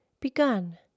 begun